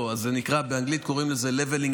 אז לא, באנגלית זה נקרא Level Up,